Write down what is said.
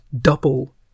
Double